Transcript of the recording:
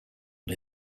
and